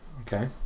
okay